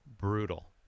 Brutal